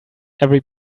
every